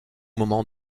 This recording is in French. moment